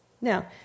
Now